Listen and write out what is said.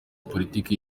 politiki